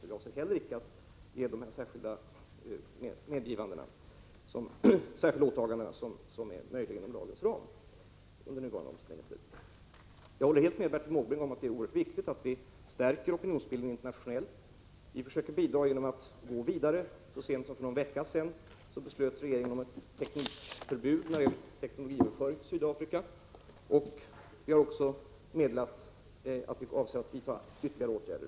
Vi avser under nuvarande omständigheter heller icke att göra sådana särskilda åtaganden som är möjliga inom ramen för Sydafrikalagen. Jag håller helt med Bertil Måbrink om att det är oerhört viktigt att vi stärker opinionsbildningen internationellt. Vi försöker också fortlöpande bidra till detta. Så sent som för någon vecka sedan beslöt regeringen om ett förbud mot teknologisk överföring till Sydafrika, och vi har också meddelat att vi avser att vidta ytterligare åtgärder.